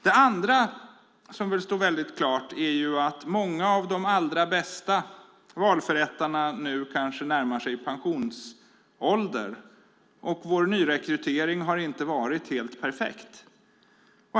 Det andra som står väldigt klart är att många av de allra bästa valförrättarna nu närmar sig pensionsåldern, och vår nyrekrytering har inte varit helt perfekt.